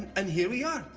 and here we are.